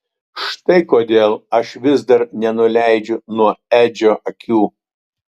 štai kodėl aš vis dar nenuleidžiu nuo edžio akių